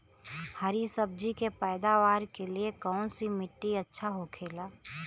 हरी सब्जी के पैदावार के लिए कौन सी मिट्टी अच्छा होखेला?